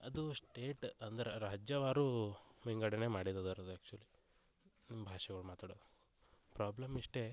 ಅದು ಸ್ಟೇಟ್ ಅಂದ್ರೆ ರಾಜ್ಯವಾರು ವಿಂಗಡಣೆ ಮಾಡಿರೋದು ಅದು ಆ್ಯಕ್ಚುಲಿ ಭಾಷೆಗಳು ಮಾತಾಡೋರು ಪ್ರಾಬ್ಲಮ್ ಇಷ್ಟೇ